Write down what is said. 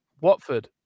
Watford